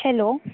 hello